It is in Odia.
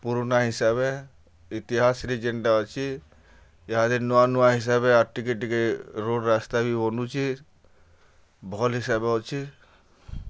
ପୁରୁଣା ହିସାବେ ଇତିହାସ୍ରେ ଯେନ୍ଟା ଅଛି ଏହା ନୂଆ ନୂଆ ହିସାବେ ଆର୍ ଟିକେ ଟିକେ ରୋଡ଼୍ ରାସ୍ତା ବି ବନୁଛେ ଭଲ୍ ହିସାବେ ଅଛେ